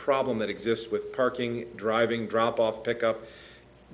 problem that exists with parking driving drop off pick up